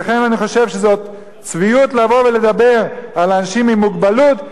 לכן אני חושב שזו צביעות לבוא ולדבר על אנשים עם מוגבלות,